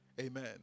Amen